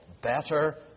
better